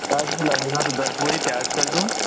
प्याज़ भी लगेगा तो दस बोरी प्याज़ कर दूँ